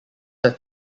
have